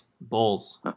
Bulls